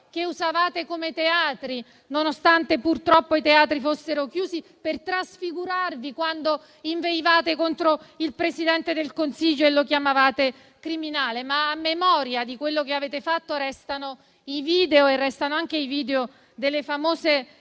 che usavate come teatri, nonostante purtroppo i teatri fossero chiusi, per trasfigurarvi quando inveivate contro il Presidente del Consiglio e lo chiamavate criminale. Ma, a memoria di quello che avete fatto, restano i video e restano anche i video delle famose